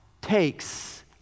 takes